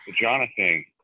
Jonathan